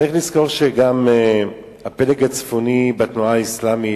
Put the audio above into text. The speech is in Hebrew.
צריך לזכור גם שהפלג הצפוני בתנועה האסלאמית,